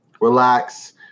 relax